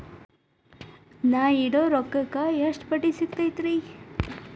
ನಾ ಇಡೋ ರೊಕ್ಕಕ್ ಎಷ್ಟ ಬಡ್ಡಿ ಸಿಕ್ತೈತ್ರಿ?